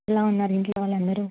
ఎలా ఉన్నారు ఇంట్లో వాళ్ళు అందరు